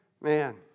man